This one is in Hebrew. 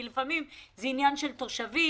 לפעמים זה עניין של תושבים.